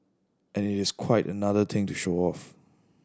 and it is quite another thing to show of